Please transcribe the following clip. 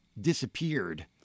disappeared